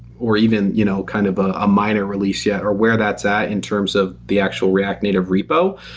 or even you know kind of ah a minor release yet, or where that's at in terms of the actual react native repo,